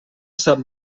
sap